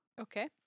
Okay